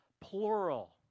plural